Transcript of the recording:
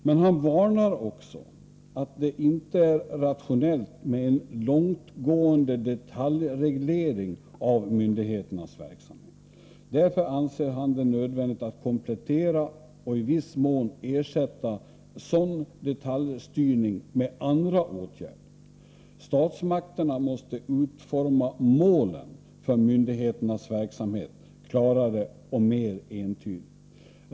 Men han varnar också för att det inte är rationellt med en långtgående detaljreglering av myndigheternas verksamhet. Därför anser han det nödvändigt att komplettera och i viss mån ersätta sådan detaljstyrning med andra åtgärder. Statsmakterna måste utforma målen för myndigheternas verksamhet klarare och mer entydigt.